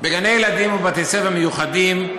בגני-ילדים ובבתי-ספר מיוחדים,